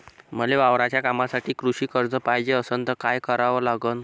मले वावराच्या कामासाठी कृषी कर्ज पायजे असनं त काय कराव लागन?